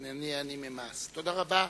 תודה רבה.